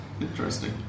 interesting